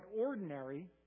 ordinary